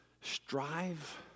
strive